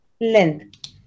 length